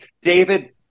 David